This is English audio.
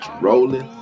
rolling